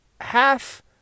half